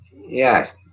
Yes